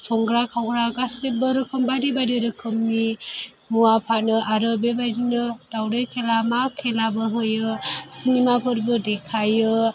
संग्रा खावग्रा गासैबो रोखोम बायदि बायदि रोखोमनि मुवा फानो आरो बेबायदिनो दावदै खेला मा खेलाबो होयो सिनेमाफोरबो देखायो